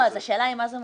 אז השאלה היא מה זה מוסיף.